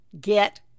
get